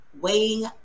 weighing